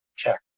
check